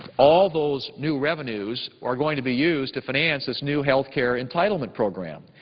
all those new revenues are going to be used to finance this new health care entitlement program.